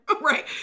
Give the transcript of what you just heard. right